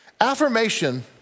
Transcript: Affirmation